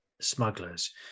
smugglers